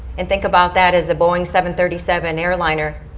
and think about that as a boeing seven thirty seven airliner